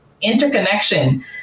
interconnection